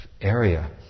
area